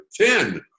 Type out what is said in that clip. Ten